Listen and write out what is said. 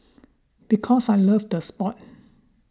because I loved the sport